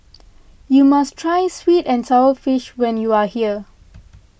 you must try Sweet and Sour Fish when you are here